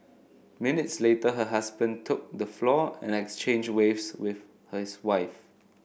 minutes later her husband took the floor and exchanged waves with hers wife